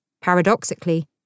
paradoxically